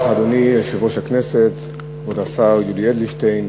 אדוני היושב-ראש, תודה, כבוד השר יולי אדלשטיין,